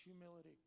humility